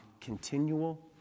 continual